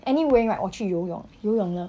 anyway right 我去游泳游泳了